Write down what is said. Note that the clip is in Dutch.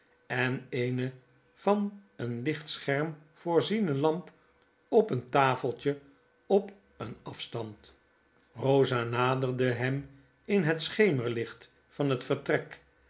en eene van een lichtscherm voorziene lamp op een tafeltje op een afstand rosa naderde hem in het schemerlicht van het vertrek